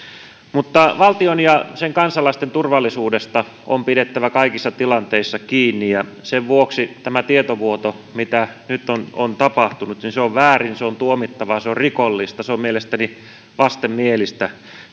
tehnyt valtion ja sen kansalaisten turvallisuudesta on pidettävä kaikissa tilanteissa kiinni ja sen vuoksi tämä tietovuoto mikä nyt on on tapahtunut on väärin se on tuomittavaa se on rikollista se on mielestäni vastenmielistä